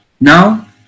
Now